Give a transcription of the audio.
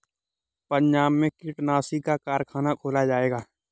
पंजाब में कीटनाशी का कारख़ाना खोला जाएगा